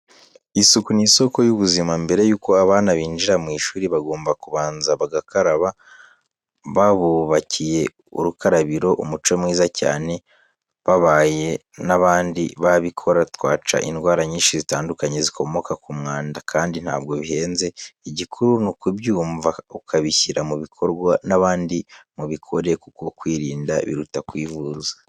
Isuku ni isoko y'ubuzima. Mbere y'uko abana binjira mu ishuri bagomba kubanza bagakaraba. Babubakiye urukarabiro, umuco mwiza cyane, babaye n'abandi babikora twaca indwara nyinshi zitandukanye zikomoka ku mwanda. Kandi ntabwo bihenze, igikuru ni ukubyumva ukabishyira mu bikorwa, n'abandi mubikore kuko kwirinda biruta kwivuza.